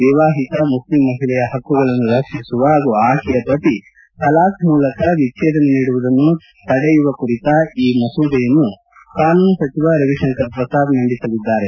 ವಿವಾಹಿತ Muslim ಮಹಿಳೆಯ ಪಕ್ಕುಗಳನ್ನು ರಕ್ಷಿಸುವ ಹಾಗೂ ಆಕೆಯ ಪತಿ ತಲಾಕ್ ಮೂಲಕ ವಿಜ್ಲೇದನ ನೀಡುವುದನ್ನು ತೆರಯುವ ಕುರಿತ ಈ ಮಸೂದೆಯನ್ನು ಕಾನೂನು ಸಚಿವ ರವಿಶಂಕರ್ ಪ್ರಸಾದ್ ಮಂಡಿಸಲಿದ್ದಾರೆ